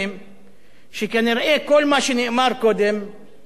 שכנראה כל מה שנאמר קודם היה מסך עשן,